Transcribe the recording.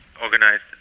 organized